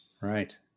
Right